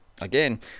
Again